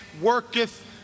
worketh